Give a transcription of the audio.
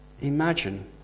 imagine